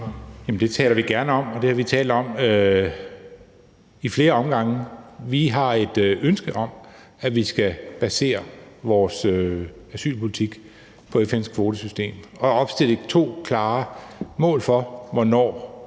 det taler vi gerne om, og det har vi talt om i flere omgange. Vi har et ønske om, at vi skal basere vores asylpolitik på FN's kvotesystem, og har opstillet to klare mål for, hvornår